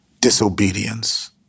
disobedience